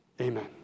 Amen